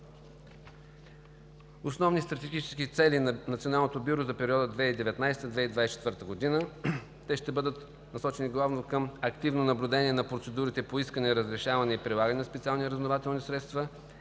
Основни стратегически цели на Националното бюро за периода 2019 – 2024 г. Те ще бъдат насочени главно към: - активно наблюдение на процедурите по искане, разрешаване и прилагане на специални разузнавателни средства